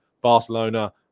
Barcelona